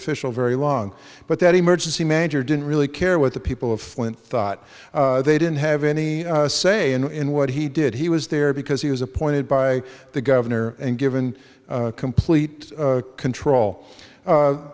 official very long but that emergency manager didn't really care what the people of flint thought they didn't have any say in what he did he was there because he was appointed by the governor and given complete control